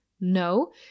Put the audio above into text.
No